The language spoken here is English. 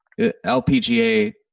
LPGA